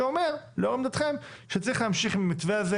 שאומר לאור עמדתכם שצריך להמשיך עם המתווה הזה